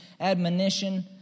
admonition